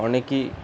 অনেকই